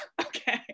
Okay